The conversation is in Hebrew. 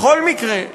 בכל מקרה,